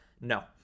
no